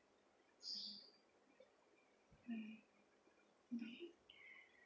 bye okay